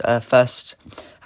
first